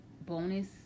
Bonus